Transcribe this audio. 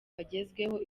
bagezweho